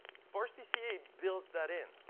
sparse pca builds that in.